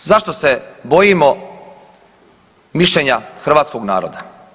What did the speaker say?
Zašto se bojimo mišljenja hrvatskog naroda?